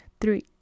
three